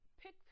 pick